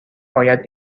باید